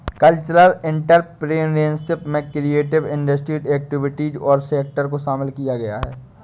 cultural entrepreneurship में creative industry activities और sector को शामिल किया गया है